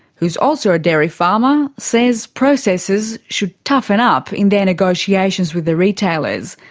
who's also a dairy farmer, says processors should toughen up in their negotiations with the retailers.